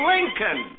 Lincoln